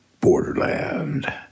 Borderland